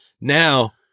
Now